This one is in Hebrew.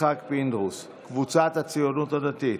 ויצחק פינדרוס, קבוצת סיעת הציונות הדתית,